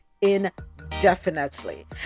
indefinitely